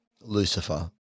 Lucifer